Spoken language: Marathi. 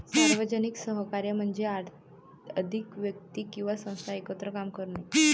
सार्वजनिक सहकार्य म्हणजे अधिक व्यक्ती किंवा संस्था एकत्र काम करणे